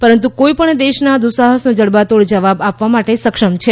પરંતુ કોઇપણ દેશના દુઃસાહસનો જડબાતોડ જવાબ આપવા માટે સક્ષમ છે